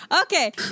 Okay